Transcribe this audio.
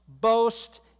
boast